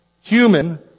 human